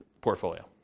portfolio